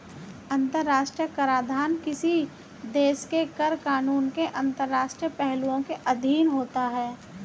अंतर्राष्ट्रीय कराधान किसी देश के कर कानूनों के अंतर्राष्ट्रीय पहलुओं के अधीन होता है